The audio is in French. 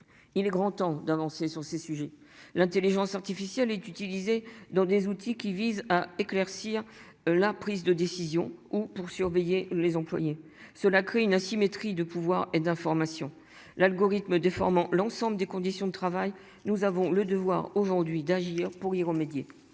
Il est grand temps d'avancer sur ces sujets, l'Intelligence artificielle est utilisée dans des outils qui vise à éclaircir la prise de décision ou pour surveiller les employés. Cela crée une asymétrie de pouvoir et d'information. L'algorithme déformant l'ensemble des conditions de travail. Nous avons le devoir aujourd'hui d'agir pour y remédier.